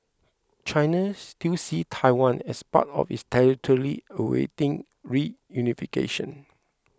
China still sees Taiwan as part of its territory awaiting reunification